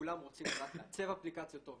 כולם רוצים רק לייצר אפליקציות טוב,